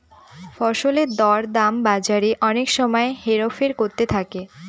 ফসলের দর দাম বাজারে অনেক সময় হেরফের করতে থাকে